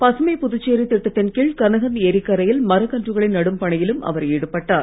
பசுமைப் புதுச்சேரி திட்டத்தின் கீழ் கனகன் ஏரிக் கரையில் மரக் கன்றுகளை நடும் பணியிலும் அவர் ஈடுபட்டார்